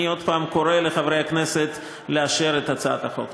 אני עוד פעם קורא לחברי הכנסת לאשר את הצעת החוק.